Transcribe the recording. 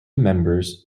members